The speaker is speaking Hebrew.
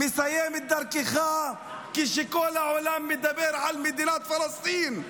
מסיים את דרכך כשכל העולם מדבר על מדינה פלסטין.